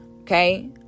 Okay